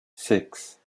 six